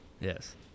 Yes